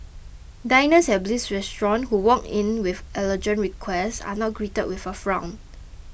diners at Bliss Restaurant who walk in with allergen requests are not greeted with a frown